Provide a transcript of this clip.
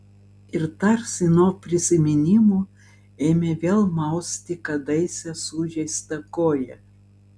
ir tarsi nuo prisiminimų ėmė vėl mausti kadaise sužeistą koją